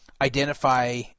identify